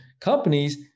companies